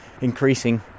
increasing